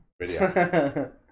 video